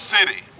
City